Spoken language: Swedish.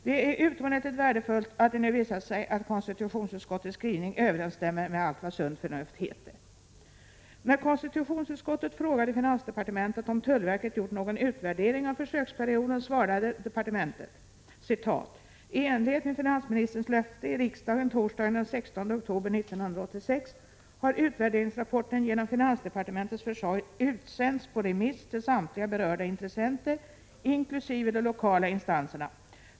Det är utomordentligt värdefullt att det nu visar sig att konstitutionsutskottets skrivning överensstämmer med allt vad sunt förnuft heter. När konstitutionsutskottet frågade finansdepartementet om tullverket gjort någon utvärdering av försöksperioden, svarade departementet: ”I enlighet med finansministerns löfte i riksdagen torsdagen den 16 oktober 1986 har utvärderingsrapporten genom finansdepartementets försorg utsänts på remiss till samtliga berörda intressenter, inkl. de lokala 115 instanserna.